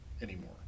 anymore